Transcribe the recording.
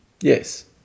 Yes